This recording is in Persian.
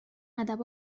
ادب